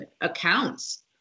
accounts